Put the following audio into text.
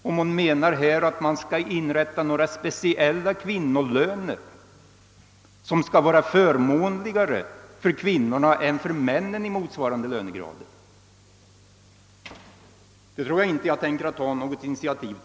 Om hon menar att man skall införa speciella kvinnolöner, som skulle vara förmånligare än de löner som utgår till män i motsvarande tjänster, tänker jag inte ta något initiativ.